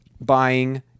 buying